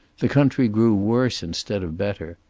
the country grew worse instead of better.